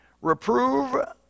Reprove